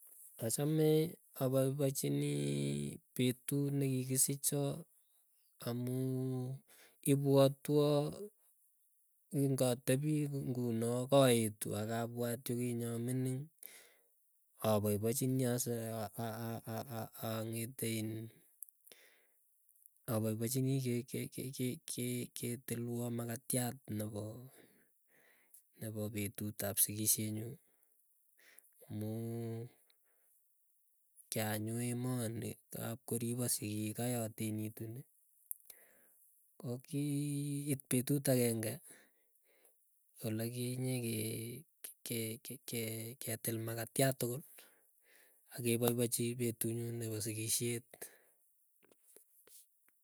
Achame apaipachinii, petut nekikisicho amuu ipwotwo kingatepii ngunoo kaetu akapwat yukinye amining, apaipachinii asa aang'ete iin apaipachini ke ke ketilwoo makatiat nepo petut ab sigisyee nyuu amuu kianyoo emoni tapkoripo sigiik akoi atenitu nii. Koki itpetut akeng'e olekinyeketil makatiat tukul akepaipachi petunyu nepo sikisyeet.